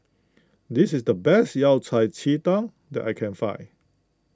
this is the best Yao Cai Ji Tang that I can find